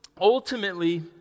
ultimately